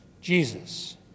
Jesus